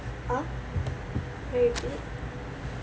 !huh! can you repeat